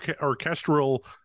orchestral